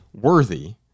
worthy